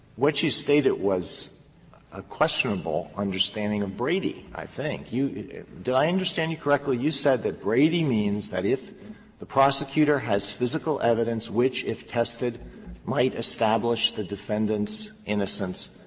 what you stated was a questionable understanding of brady, i think. you did i understand you correctly? you said that brady means that if the prosecutor has physical evidence which if tested might establish the defendant's innocence,